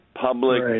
public